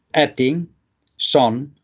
adding son,